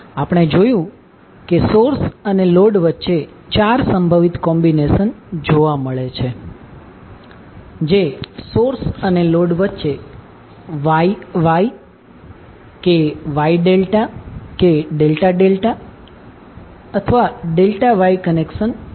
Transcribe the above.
આપણે જોયું કે સોર્સ અને લોડ વચ્ચે ચાર સંભવિત કોમ્બિનેશન જોવા મળે છે જે સોર્સ અને લોડ વચ્ચે Y Y Y delta delta delta અને ડેલ્ટા Y કનેક્શન છે